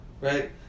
right